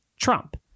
Trump